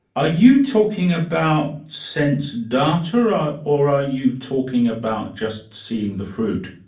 are you talking about sense data or are or are you talking about just seeing the fruit?